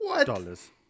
dollars